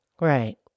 Right